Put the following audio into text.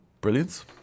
brilliant